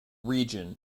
region